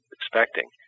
expecting